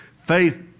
Faith